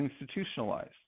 institutionalized